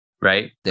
right